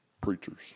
preachers